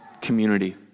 community